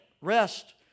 rest